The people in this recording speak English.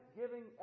giving